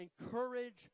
encourage